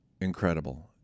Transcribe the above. incredible